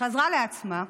חזרה לעצמה,